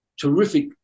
terrific